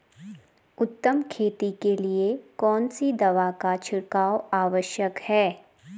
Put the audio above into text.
उत्तम खेती के लिए कौन सी दवा का छिड़काव आवश्यक है?